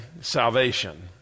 salvation